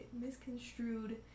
misconstrued